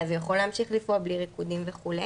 אז הוא יכול להמשיך לפעול, בלי ריקודים וכו'.